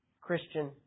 Christian